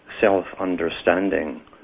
self-understanding